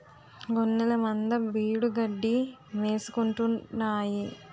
గొఱ్ఱెలమంద బీడుగడ్డి మేసుకుంటాన్నాయి